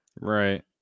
Right